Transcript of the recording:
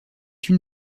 une